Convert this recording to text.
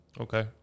Okay